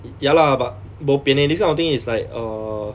ya ya lah but bo pian leh this kind of thing is like err